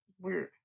weird